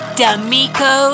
D'Amico